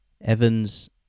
Evans